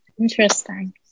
Interesting